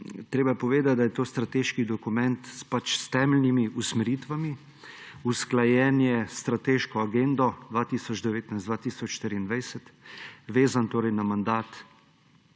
Treba je povedati, da je to strateški dokument s temeljnimi usmeritvami, usklajen je s strateško agendo 2019–2024, vezan torej na mandat